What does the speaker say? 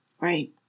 right